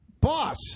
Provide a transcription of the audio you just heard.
Boss